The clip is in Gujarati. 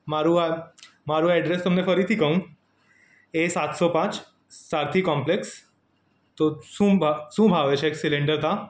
મારું આ મારું આ એડ્રેસ ફરીથી કહું એ સાતસો પાંચ સારથિ કોમ્પલેક્ષ તો શું શું ભાવે છે એક સિલિન્ડર ત્યાં